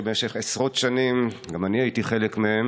שבמשך עשרות שנים גם אני הייתי חלק מהם,